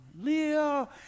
Leo